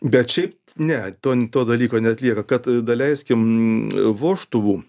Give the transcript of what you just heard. bet šiaip ne to to dalyko neatlieka kad daleiskim vožtuvų